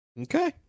Okay